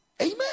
amen